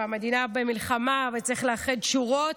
המדינה במלחמה וצריך לאחד שורות,